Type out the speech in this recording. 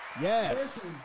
Yes